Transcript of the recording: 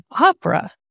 opera